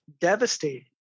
devastating